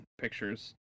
pictures